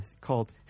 called